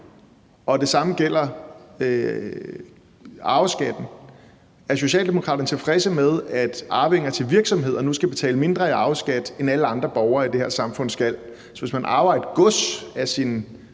Det samme gælder arveskatten: Er Socialdemokraterne tilfredse med, at arvinger til virksomheder nu skal betale mindre i arveskat, end alle andre borgere i det her samfund skal? Så hvis man arver et gods af sine